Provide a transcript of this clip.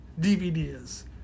DVDs